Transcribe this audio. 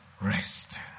rest